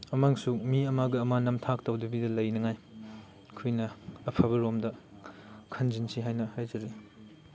ꯑꯃꯁꯨꯡ ꯃꯤ ꯑꯃꯒ ꯑꯃ ꯅꯝꯊꯥꯛ ꯇꯧꯗꯕꯤꯗ ꯂꯩꯅꯉꯥꯏ ꯑꯩꯈꯣꯏꯅ ꯑꯐꯕꯔꯣꯝꯗ ꯈꯟꯖꯤꯟꯁꯤ ꯍꯥꯏꯅ ꯍꯥꯏꯖꯔꯤ